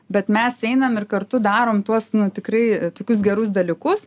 bet mes einam ir kartu darom tuos nu tikrai tokius gerus dalykus